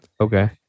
Okay